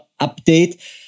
update